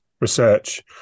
research